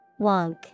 Wonk